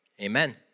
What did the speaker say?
Amen